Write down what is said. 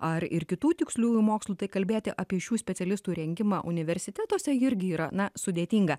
ar ir kitų tiksliųjų mokslų tai kalbėti apie šių specialistų rengimą universitetuose irgi yra na sudėtinga